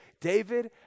David